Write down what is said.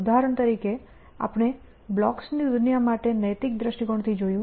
ઉદાહરણ તરીકે આપણે બ્લોક્સ ની દુનિયા માટે નૈતિક દ્રષ્ટિકોણથી જોયું